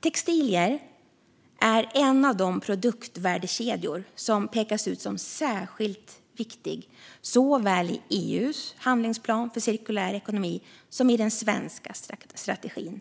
Textilier är en av de produktvärdekedjor som pekas ut som särskilt viktiga såväl i EU:s handlingsplan för cirkulär ekonomi som i den svenska strategin.